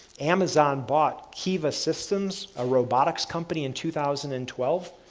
amazon bought kiva systems a robotics company in two thousand and twelve,